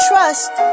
trust